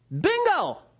Bingo